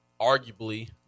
arguably